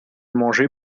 manger